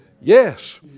Yes